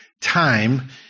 time